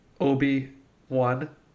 Obi-Wan